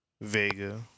Vega